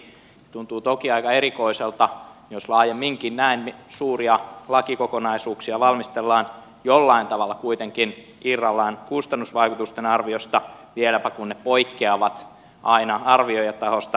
tuntuu toki aika erikoiselta jos laajemminkin näin suuria lakikokonaisuuksia valmistellaan jollain tavalla kuitenkin irrallaan kustannusvaikutusten arviosta vieläpä kun ne poikkeavat aina arvioijatahosta riippuen